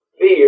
fear